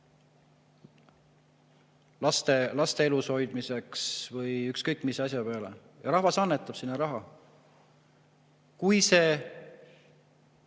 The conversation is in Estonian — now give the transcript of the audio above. laste elus hoidmiseks, või ükskõik mis asja jaoks. Ja rahvas annetab sinna raha. Kui seda